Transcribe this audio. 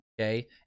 okay